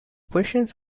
questions